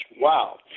wow